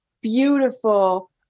beautiful